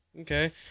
Okay